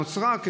נוצרה,